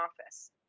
office